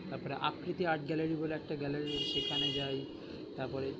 তারপরে Akriti art gallery বলে একটা গ্যালারি আছে সেখানে যাই তারপরে